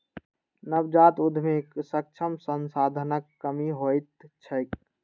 नवजात उद्यमीक समक्ष संसाधनक कमी होइत छैक